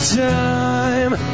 time